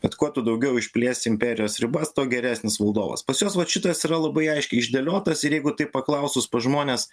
bet kuo tu daugiau išplėsi imperijos ribas tuo geresnis valdovas pas juos vat šitas yra labai aiškiai išdėliotas ir jeigu taip paklausus pas žmones